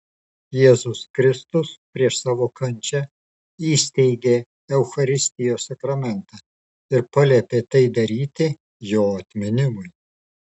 jėzus kristus prieš savo kančią įsteigė eucharistijos sakramentą ir paliepė tai daryti jo atminimui